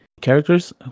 characters